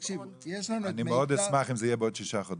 אני מאוד אשמח אם זה יהיה בעוד שישה חודשים.